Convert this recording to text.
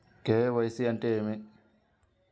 KYC అంటే ఏమి?